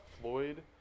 Floyd